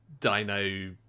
Dino